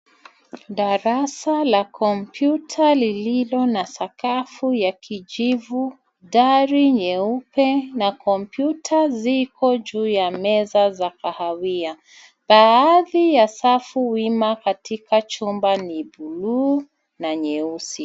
Darasa la kompyuta lililo na sakafu ya kijivu, dari nyeupe na kompyuta ziko juu ya meza za kahawia. Baadhi ya safu wima katika chumba ni buluu na nyeusi.